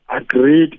agreed